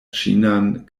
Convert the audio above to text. ĉinan